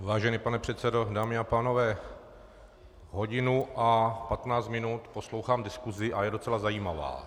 Vážený pane předsedo, dámy a pánové, hodinu a patnáct minut poslouchám diskusi a je docela zajímavá.